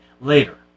later